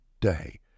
day